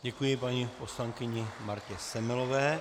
Děkuji paní poslankyni Martě Semelové.